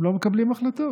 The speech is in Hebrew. הם לא מקבלים החלטות.